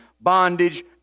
bondage